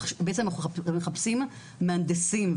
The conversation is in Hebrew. הם מחפשים מהנדסים,